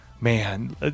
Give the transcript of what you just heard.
man